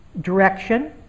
direction